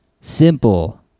simple